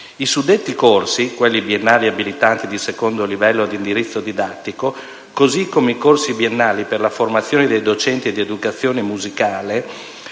I suddetti corsi - quelli biennali abilitanti di secondo livello ad indirizzo didattico - così come i corsi biennali per la formazione dei docenti di educazione musicale